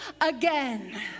again